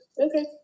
okay